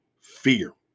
fear